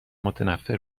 متنفر